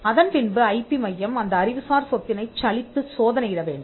அதன்பின்பு ஐபி மையம் அந்த அறிவுசார் சொத்தினை சலித்துச் சோதனையிட வேண்டும்